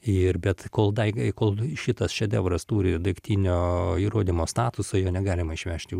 ir bet kol tai gai kol šitas šedevras turi daiktinio įrodymo statusą jo negalima išvežti jau